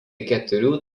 keturių